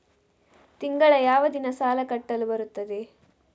ತಿಂಗಳ ಯಾವ ದಿನ ಸಾಲ ಕಟ್ಟಲು ಬರುತ್ತದೆ?